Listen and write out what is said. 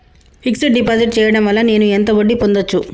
Fix డ్ deposit చేయటం వల్ల నేను ఎంత వడ్డీ పొందచ్చు?